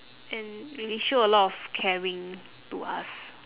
and he show a lot of caring to us